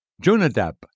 Jonadab